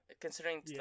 considering